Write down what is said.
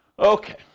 Okay